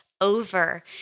over